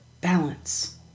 balance